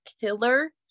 killer